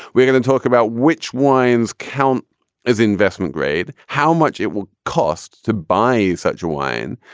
we're going to talk about which wines count as investment grade, how much it will cost to buy such a wine,